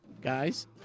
guys